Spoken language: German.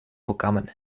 programmen